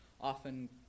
often